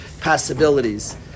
possibilities